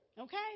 okay